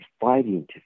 fighting